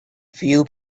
few